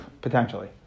potentially